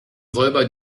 räuber